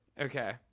Okay